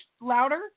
louder